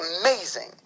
amazing